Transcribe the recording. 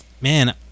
Man